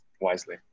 wisely